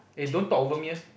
eh don't talk over me eh